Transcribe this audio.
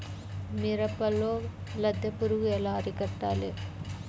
మిరపలో లద్దె పురుగు ఎలా అరికట్టాలి?